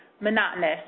monotonous